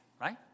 right